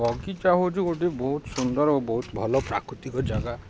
ବଗିଚା ହେଉଛି ଗୋଟେ ବହୁତ ସୁନ୍ଦର ଓ ବହୁତ ଭଲ ପ୍ରାକୃତିକ ଜାଗା